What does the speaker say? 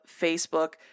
Facebook